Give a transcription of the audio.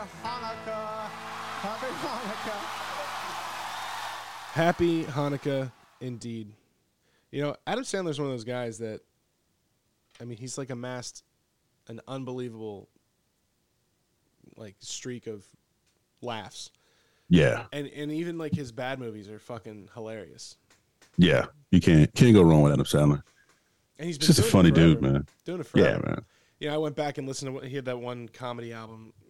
Hanukkah. Happy Hanukkah. Happy Hanukkah, indeed. You know, Adam Sandler's one of those guys that- I mean, he's, like, amassed an unbelievable, like, streak of laughs. Yeah. And- and even, like, his bad movies are fucking hilarious. Yeah, you can't- can't go wrong with Adam Sandler. And he's He's been just a doing it funny dude, forever. man. Doing it forever. Yeah, man. You know, I went back and listened to what- he had that one comedy album,